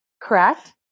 correct